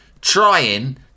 trying